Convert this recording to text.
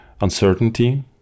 uncertainty